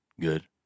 Good